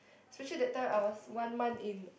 especially that time I was one month in